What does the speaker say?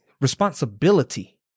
responsibility